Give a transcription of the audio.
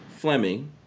Fleming